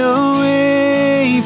away